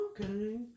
Okay